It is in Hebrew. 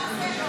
מה מאסר עולם,